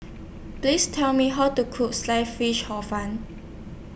Please Tell Me How to Cook Sliced Fish Hor Fun